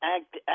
Act